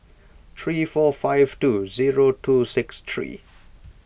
three four five two zero two six three